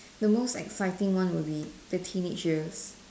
the most exciting one would be the teenage years